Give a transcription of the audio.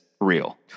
real